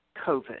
COVID